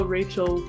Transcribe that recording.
Rachel